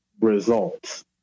results